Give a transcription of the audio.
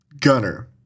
Gunner